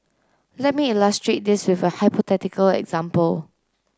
let me illustrate this with a hypothetical example